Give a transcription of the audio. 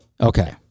Okay